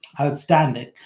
outstanding